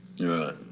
Right